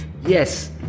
Yes